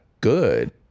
good